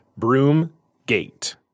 Broomgate